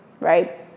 right